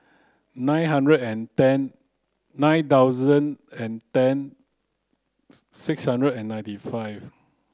nine hundred and ten nine thousand and ten six hundred and ninety five